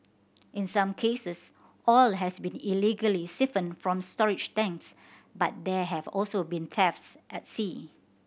in some cases oil has been illegally siphoned from storage tanks but there have also been thefts at sea